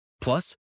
Plus